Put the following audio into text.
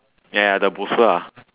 ya ya the bolster ah